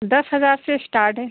दस हजार से स्टार्ट है